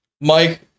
Mike